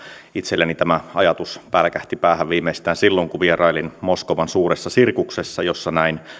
itselleni tämä ajatus pälkähti päähän viimeistään silloin kun vierailin moskovan suuressa sirkuksessa jossa näin